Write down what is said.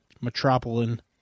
Metropolitan